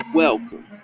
welcome